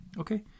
Okay